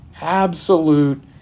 absolute